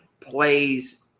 plays